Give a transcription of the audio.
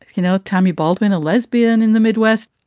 you know, tammy baldwin, a lesbian in the midwest.